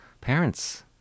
Parents